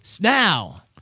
Now